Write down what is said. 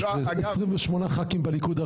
28 חברי כנסת מהליכוד,